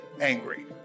angry